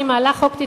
אני מעלה חוק,